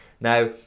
Now